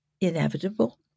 inevitable